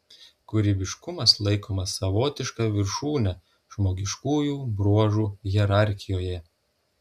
kūrybiškumas laikomas savotiška viršūne žmogiškųjų bruožų hierarchijoje